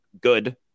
Good